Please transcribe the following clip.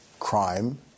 crime